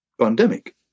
pandemic